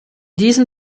diesem